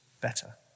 better